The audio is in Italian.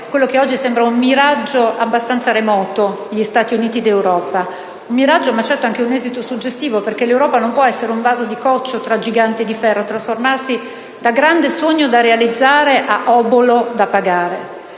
quello che oggi sembra un miraggio abbastanza remoto: gli Stati Uniti d'Europa. Un miraggio, ma certo anche un esito suggestivo, perché l'Europa non può essere vaso di coccio tra giganti di ferro e trasformarsi, da grande sogno da realizzare, in obolo da pagare.